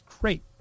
great